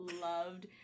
loved